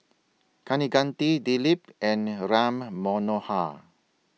Kaneganti Dilip and Ram Manohar